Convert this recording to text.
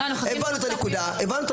הבנו את הנקודה.